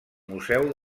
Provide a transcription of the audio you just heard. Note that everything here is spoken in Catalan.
museu